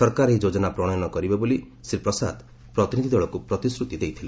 ସରକାର ଏହି ଯୋଜନା ପ୍ରଣୟନ କରିବେ ବୋଲି ଶ୍ରୀ ପ୍ରସାଦ ପ୍ରତିନିଧି ଦଳକୁ ପ୍ରତିଶ୍ରତି ଦେଇଥିଲେ